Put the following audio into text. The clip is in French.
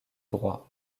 droit